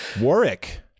warwick